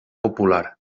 popular